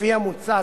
לפי המוצע,